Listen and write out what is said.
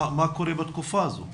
מה קורה בתקופה הזו,